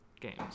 games